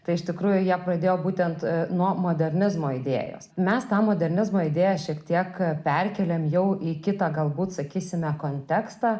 tai iš tikrųjų jie pradėjo būtent nuo modernizmo idėjos mes tą modernizmo idėją šiek tiek perkėlėm jau į kitą galbūt sakysime kontekstą